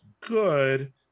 good